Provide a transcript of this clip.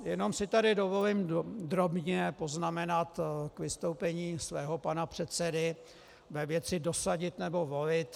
Jenom si tady dovolím drobně poznamenat k vystoupení svého pana předsedy ve věci dosadit nebo volit.